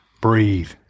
breathe